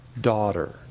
daughter